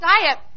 diet